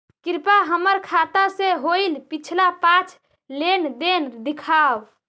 कृपा हमर खाता से होईल पिछला पाँच लेनदेन दिखाव